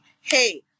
hey